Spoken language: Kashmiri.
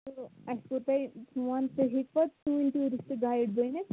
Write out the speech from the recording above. تہٕ اَسہِ کوٚر تۄہہِ فوٗن تُہی ہیٚکوَا سٲنۍ ٹیوٗرسٹ گایڈ بٔنِتھ